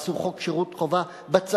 אך חוקקו חוק שירות חובה בצבא.